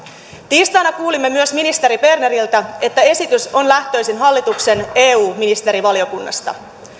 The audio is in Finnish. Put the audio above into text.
tiistaina kuulimme myös ministeri berneriltä että esitys on lähtöisin hallituksen eu ministerivaliokunnasta